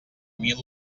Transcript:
mil